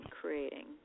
creating